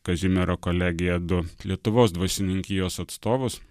kazimiero kolegiją du lietuvos dvasininkijos atstovus